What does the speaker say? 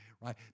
right